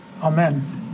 Amen